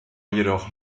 jedoch